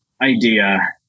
idea